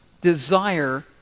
desire